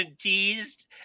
teased